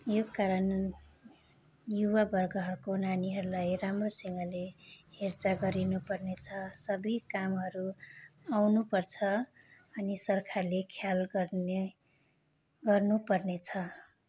यो कारण युवावर्गहरूको नानीहरूलाई राम्रोसँगले हेरचाह गरिनुपर्ने छ सबै कामहरू आउनुपर्छ अनि सरकारले ख्याल गर्ने गर्नुपर्नेछ